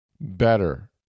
better